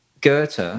Goethe